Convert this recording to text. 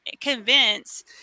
convince